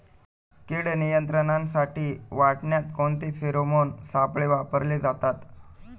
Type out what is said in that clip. कीड नियंत्रणासाठी वाटाण्यात कोणते फेरोमोन सापळे वापरले जातात?